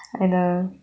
I know